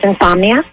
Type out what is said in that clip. insomnia